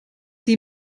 sie